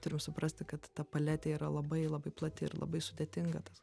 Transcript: turim suprasti kad ta paletė yra labai labai plati ir labai sudėtinga tas